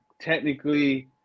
technically